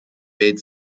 made